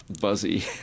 Buzzy